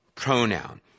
pronoun